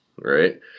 right